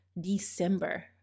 December